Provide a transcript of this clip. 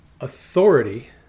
authority